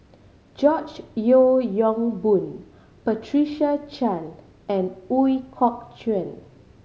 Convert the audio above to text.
George Yeo Yong Boon Patricia Chan and Ooi Kok Chuen